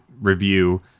review